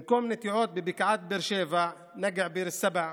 במקום נטיעות בבקעת באר שבע, ביר א-סבע,